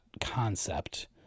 concept